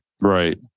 Right